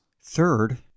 Third